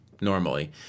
normally